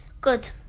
Good